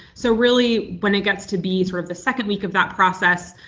so really when it gets to be sort of the second week of that process,